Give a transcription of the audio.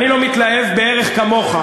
אני אומר לך,